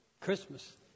Christmas